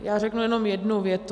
Já řeknu jenom jednu větu.